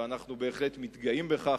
ואנחנו בהחלט מתגאים בכך,